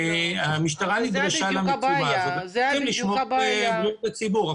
המשטרה נדרשה למשימה הזאת ולשמור על בריאות הציבור.